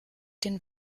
den